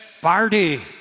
party